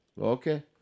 Okay